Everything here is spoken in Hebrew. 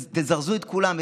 תזרזו את כולם.